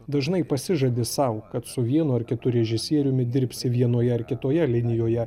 dažnai pasižadi sau kad su vienu ar kitu režisieriumi dirbsi vienoje ar kitoje linijoje